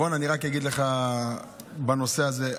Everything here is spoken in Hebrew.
רון, אני רק אגיד לך בנושא הזה.